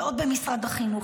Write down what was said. ועוד במשרד החינוך,